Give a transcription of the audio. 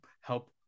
help